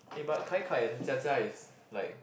eh but kai kai and Jia Jia is like